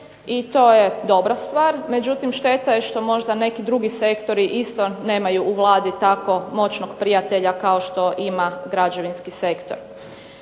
i to je dobra stvar, međutim šteta je što možda neki drugi sektori isto nemaju u Vladi tako moćnog prijatelja kao što ima građevinski sektor.